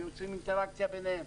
ועושים אינטראקציה ביניהם.